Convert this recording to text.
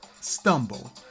stumble